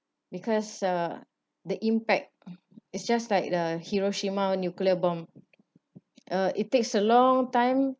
because uh the impact is just like the hiroshima nuclear bomb uh it takes a long time